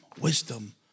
Wisdom